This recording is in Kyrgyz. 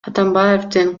атамбаевдин